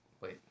wait